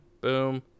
boom